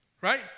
right